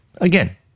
Again